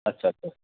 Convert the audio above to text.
अच्छा अच्छा अच्छा